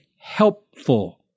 helpful